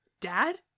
dad